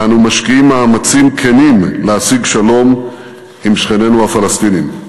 ואנו משקיעים מאמצים כנים להשיג שלום עם שכנינו הפלסטינים.